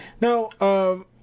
Now